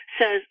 says